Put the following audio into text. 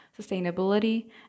sustainability